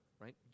right